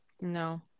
No